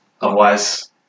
Otherwise